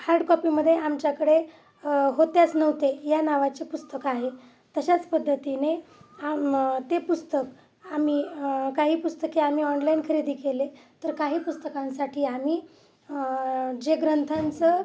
हार्डकॉपीमध्ये आमच्याकडे होत्यास नव्हते या नावाचे पुस्तक आहे तशाच पद्धतीने आम ते पुस्तक आम्ही काही पुस्तके आम्ही ऑनलाईन खरेदी केले तर काही पुस्तकांसाठी आम्ही जे ग्रंथां चं